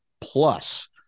Plus